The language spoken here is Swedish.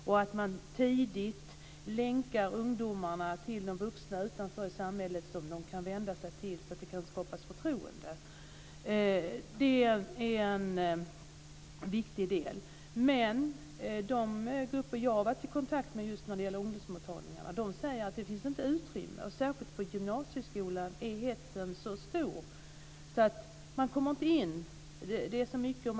Ungdomarna ska tidigt länkas till de vuxna i samhället som de kan vända sig till - att skapa förtroende. De grupper som jag har varit i kontakt med när det gäller ungdomsmottagningarna säger att det inte finns utrymme. Särskilt i gymnasieskolan är hetsen så stor att det inte finns plats.